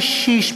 ישיש,